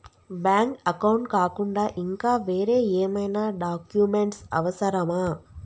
Bank account కాకుండా ఇంకా వేరే ఏమైనా డాక్యుమెంట్స్ అవసరమా?